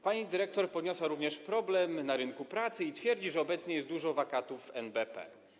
Pani dyrektor podniosła również problem rynku pracy i stwierdziła, że obecnie jest dużo wakatów w NBP.